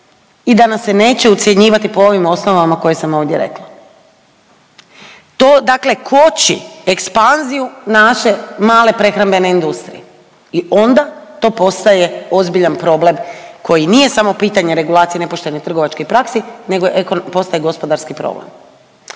i da nas se neće ucjenjivati po ovim osnovama koje sam ovdje rekla. To dakle koči ekspanziju naše male prehrambene industrije i onda to postaje ozbiljan problem koji nije samo pitanje regulacije nepoštene trgovačke prakse nego postaje gospodarski problem.